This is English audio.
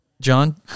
John